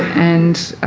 and